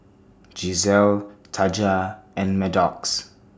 Gisselle Taja and Maddox